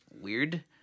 weird